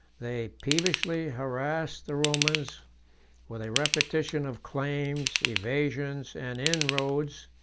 they peevishly harassed the romans with a repetition of claims, evasions, and inroads,